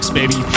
baby